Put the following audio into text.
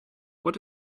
what